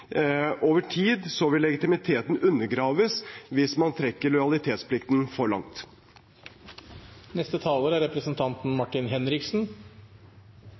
Over tid vil legitimiteten undergraves hvis man trekker lojalitetsplikten for langt. Først vil jeg si takk til representanten